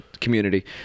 community